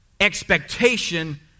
expectation